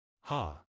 Ha